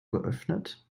geöffnet